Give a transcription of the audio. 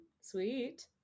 sweet